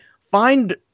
find